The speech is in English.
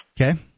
Okay